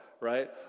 right